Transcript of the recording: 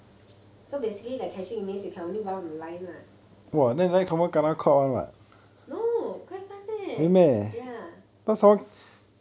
so basically the catching means you can only run on the line lah no quite fun leh ya